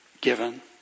given